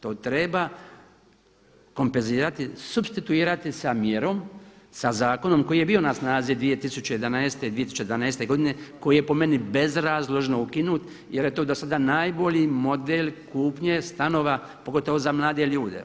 To treba kompenzirati supstituirati sa mjerom, sa zakonom koji je bio na snazi 2011. i 2012. godine koji je po meni bezrazložno ukinut jer je to do sada najbolji model kupnje stanova pogotovo za mlade ljude.